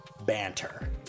banter